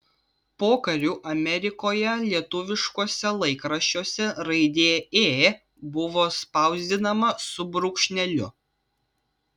pokariu amerikoje lietuviškuose laikraščiuose raidė ė buvo spausdinama su brūkšneliu